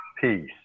peace